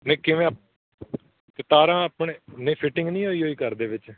ਨਹੀਂ ਕਿਵੇਂ ਤਾਰਾਂ ਆਪਣੇ ਨਹੀਂ ਫਿਟਿੰਗ ਨਹੀਂ ਹੋਈ ਹੋਈ ਘਰ ਦੇ ਵਿੱਚ